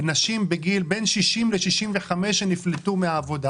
נשים בין 60 ל-65 שנפלטו מהעבודה.